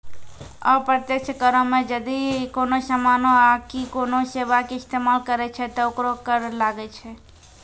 अप्रत्यक्ष करो मे जदि कोनो समानो आकि कोनो सेबा के इस्तेमाल करै छै त ओकरो कर लागै छै